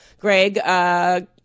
Greg